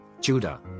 Judah